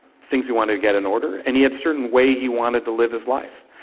things he wanted to get in order, and he had a certain way he wanted to live his life.